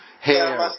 hair